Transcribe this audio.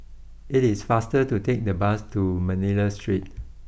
it is faster to take the bus to Manila Street